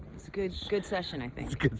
it's a good good session, i think.